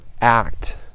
act